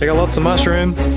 ah lots of mushrooms!